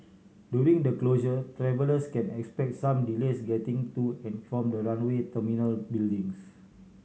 during the closure travellers can expect some delays getting to and from the runway terminal buildings